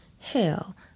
Hell